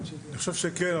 אני חושב שכן,